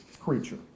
creature